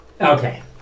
Okay